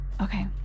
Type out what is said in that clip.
Okay